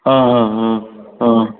आं हां हां आं